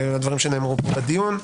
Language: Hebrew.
וגם בדברים שנאמרו פה בדיון.